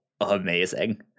amazing